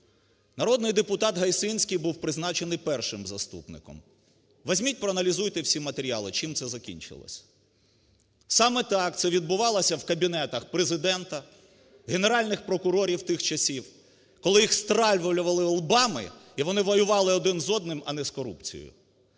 Народний депутат Гайсинський був призначений першим заступником. Візьміть, проаналізуйте всі матеріали, чим це закінчилось. Саме так - це відбувалося в кабінетах Президента, генеральних прокурорів тих часів. Коли їх стравлювали лобами і вони воювали один з одним, а не з корупцією.